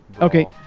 Okay